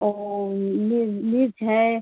और मि मिर्च है